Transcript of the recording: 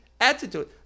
attitude